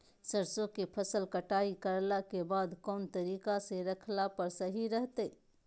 सरसों के फसल कटाई करला के बाद कौन तरीका से रखला पर सही रहतय?